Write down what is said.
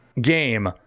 game